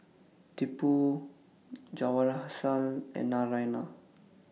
Tipu Jawaharlal and Narayana